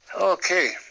Okay